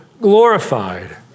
Glorified